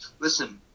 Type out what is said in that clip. listen